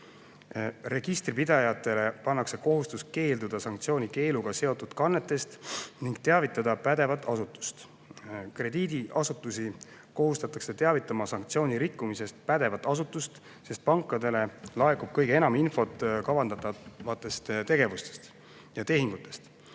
Registripidajatele pannakse kohustus keelduda sanktsioonikeeluga seotud kannetest ning teavitada pädevat asutust. Krediidiasutusi kohustatakse sanktsiooni rikkumisest teavitama pädevat asutust, sest pankadele laekub kõige enam infot kavandatavatest tegevustest ja tehingutest.